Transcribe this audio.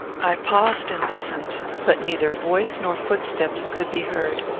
i paused, and listened, but neither voice nor footsteps could be heard.